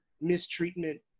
mistreatment